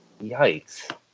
Yikes